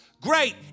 great